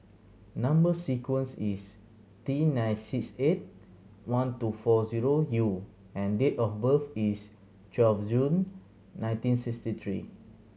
number sequence is T nine six eight one two four zero U and date of birth is twelve June nineteen sixty three